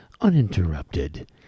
uninterrupted